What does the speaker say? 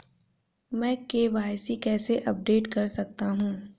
मैं के.वाई.सी कैसे अपडेट कर सकता हूं?